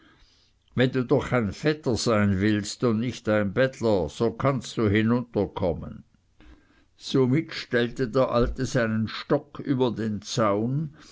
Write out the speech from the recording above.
wenn du doch ein vetter sein willst und nicht ein bettler so kannst hinunterkommen somit stellte der alte seinen stock über den zaun